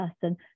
person